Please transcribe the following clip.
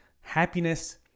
happiness